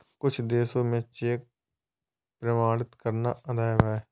कुछ देशों में चेक प्रमाणित करना अवैध है